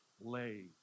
lay